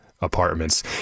apartments